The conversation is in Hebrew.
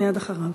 מייד אחריו.